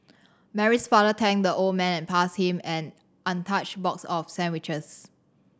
Mary's father thanked the old man and passed him an untouched box of sandwiches